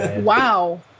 Wow